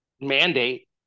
mandate